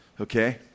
okay